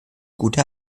gute